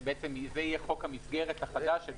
זה יהיה חוק המסגרת החדש,